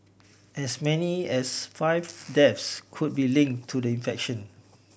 as many as five deaths could be link to the infection